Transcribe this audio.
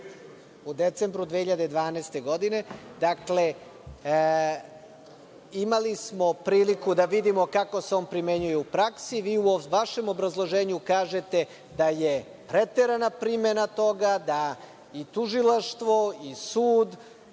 u decembru 2012. godine. Dakle, imali smo priliku da vidimo kako se on primenjuje u praksi. Vi u vašem obrazloženju kažete da je preterana primena toga, da i tužilaštvo i sud,